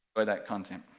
for that content.